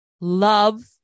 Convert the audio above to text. love